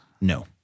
No